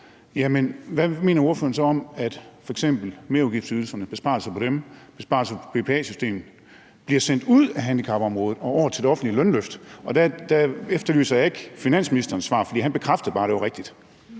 hvad mener ordføreren så om, at f.eks. merudgiftsydelserne, besparelser på dem, besparelser på BPA systemet, bliver sendt ud af handicapområdet og over til et offentligt lønløft? Og der efterlyser jeg ikke finansministerens svar, for han bekræftede bare, at det var rigtigt.